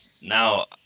now